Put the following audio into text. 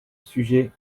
sujet